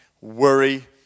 worry